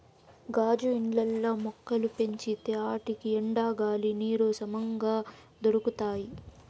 గాజు ఇండ్లల్ల మొక్కలు పెంచితే ఆటికి ఎండ, గాలి, నీరు సమంగా దొరకతాయి